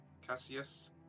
cassius